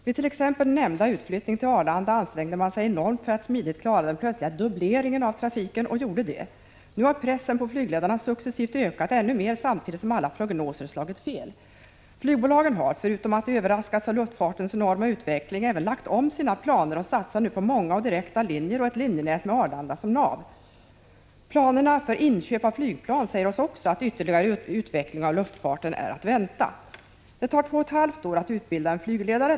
Vid t.ex. nämnda utflyttning till Arlanda ansträngde de sig enormt för att smidigt klara den plötsliga dubbleringen av trafiken, och gjorde det. Nu har pressen på flygledarna successivt ökat ännu mer samtidigt som alla prognoser slagit fel. Flygbolagen har, förutom att de överraskats av luftfartens enorma utveckling, även lagt om sina planer och satsar nu på många och direkta linjer och ett linjenät med Arlanda som nav. Planerna för inköp av flygplan säger oss också att ytterligare utveckling av luftfarten är att vänta. Det tar två och ett halvt år att utbilda en flygledare.